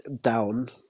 down